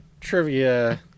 trivia